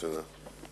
תודה.